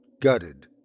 gutted